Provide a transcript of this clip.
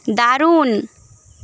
দারুণ